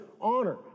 Honor